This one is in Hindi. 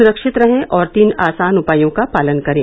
सुरक्षित रहें और तीन आसान उपायों का पालन करें